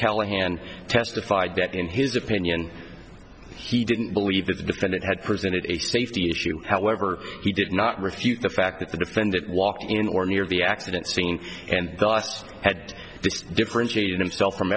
callahan testified that in his opinion he didn't believe that the defendant had presented a safety issue however he did not refute the fact that the defendant walked in or near the accident scene and had differentiated himself from